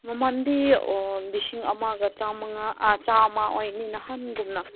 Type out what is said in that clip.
ꯃꯃꯜꯗꯤ ꯂꯤꯁꯤꯡ ꯑꯃꯒ ꯆꯥꯝꯃꯉꯥ ꯆꯥꯝꯃ ꯑꯣꯏꯅꯤ ꯅꯍꯥꯟꯒꯨꯝꯅ